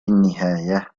النهاية